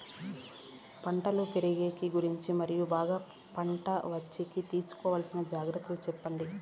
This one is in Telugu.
పంటలు పెరిగేకి గురించి మరియు బాగా పంట వచ్చేకి తీసుకోవాల్సిన జాగ్రత్త లు సెప్పండి?